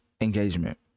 engagement